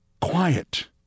quiet